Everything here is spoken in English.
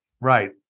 Right